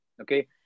Okay